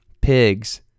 Pigs